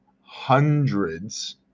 hundreds